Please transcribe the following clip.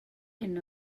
hyn